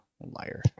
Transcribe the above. Liar